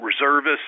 reservists